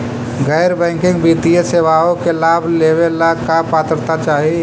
गैर बैंकिंग वित्तीय सेवाओं के लाभ लेवेला का पात्रता चाही?